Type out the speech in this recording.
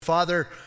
Father